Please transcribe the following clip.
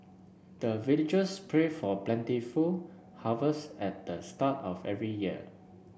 the villagers pray for plentiful harvest at the start of every year